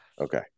Okay